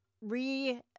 re